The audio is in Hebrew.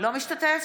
אינו משתתף